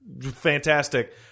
Fantastic